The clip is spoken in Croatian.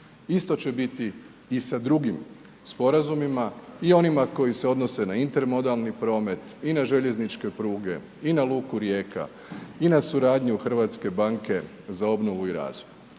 Isto će biti i sa drugim sporazumima i onima koji se odnose na intermodalni promet i na željezničke pruge i na luku Rijeka i na suradnju Hrvatske banke za obnovu i razvoj.